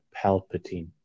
Palpatine